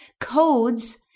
Codes